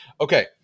okay